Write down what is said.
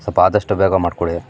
ಸ್ವಲ್ಪ ಆದಷ್ಟು ಬೇಗ ಮಾಡಿಕೊಡಿ